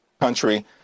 Country